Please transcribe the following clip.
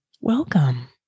Welcome